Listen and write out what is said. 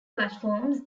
platforms